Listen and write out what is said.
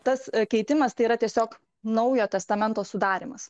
tas keitimas tai yra tiesiog naujo testamento sudarymas